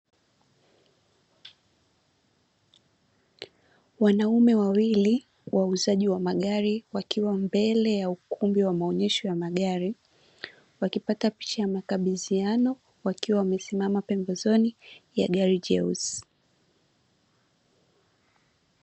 Wanaume wawili wauzaji wa magari wakiwa mbele ya ukumbi wa maonyesho ya magari, wakipata picha ya makabidhiano wakiwa wamesimama pembezoni ya gari jeusi.